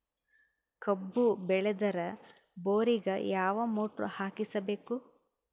ಕಬ್ಬು ಬೇಳದರ್ ಬೋರಿಗ ಯಾವ ಮೋಟ್ರ ಹಾಕಿಸಬೇಕು?